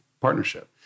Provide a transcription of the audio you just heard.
partnership